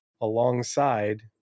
alongside